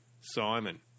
Simon